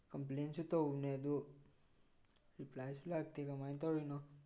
ꯀꯝꯄ꯭ꯂꯦꯟꯁꯨ ꯇꯧꯕꯅꯦ ꯑꯗꯨ ꯔꯤꯄ꯭ꯂꯥꯏꯁꯨ ꯂꯥꯛꯇꯦ ꯀꯃꯥꯏꯅ ꯇꯧꯔꯤꯅꯣ